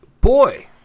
Boy